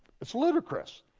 it's ludicrous.